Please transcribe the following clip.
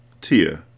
Tia